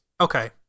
okay